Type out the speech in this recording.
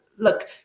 Look